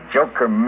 Joker